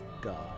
God